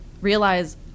realize